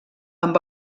amb